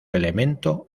elemento